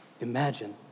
Imagine